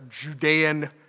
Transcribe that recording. Judean